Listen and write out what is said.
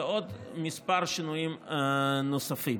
ועוד שינויים נוספים.